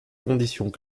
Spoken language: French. conditions